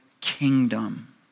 kingdom